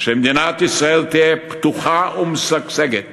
כדי שמדינת ישראל תהא פתוחה ומשגשגת